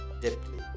deeply